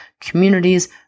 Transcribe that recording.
communities